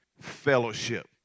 fellowship